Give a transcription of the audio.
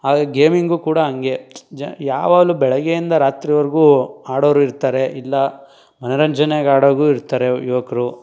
ಹಾಗಾಗಿ ಗೇಮಿಂಗು ಕೂಡ ಹಂಗೆ ಜ ಯಾವಾಗ್ಲೂ ಬೆಳಿಗ್ಗೆಯಿಂದ ರಾತ್ರಿವರೆಗೂ ಆಡೋವ್ರು ಇರ್ತಾರೆ ಇಲ್ಲ ಮನರಂಜನೆಗೆ ಆಡೋರು ಇರ್ತಾರೆ ಯುವಕರು